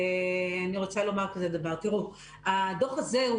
הדוח הזה,